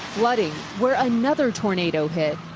flooding, where another tornado hit.